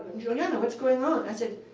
juliana, what's going on? i said,